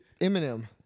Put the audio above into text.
Eminem